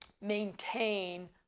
maintain